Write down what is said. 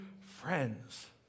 friends